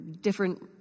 different